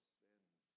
sins